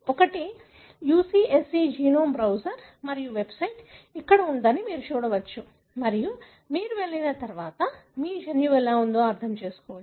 ఒకటి UCSC genome browser మరియు website ఇక్కడ ఉందని మీరు చూడవచ్చు మరియు మీరు వెళ్లిన తర్వాత మీరు జన్యువు ఎలా ఉందో అర్థం చేసుకోవచ్చు